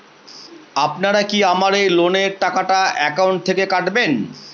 আপনারা কি আমার এই লোনের টাকাটা একাউন্ট থেকে কাটবেন?